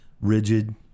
rigid